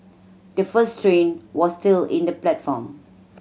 the first train was still in the platform